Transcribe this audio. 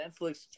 Netflix